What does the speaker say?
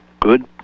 good